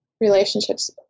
relationships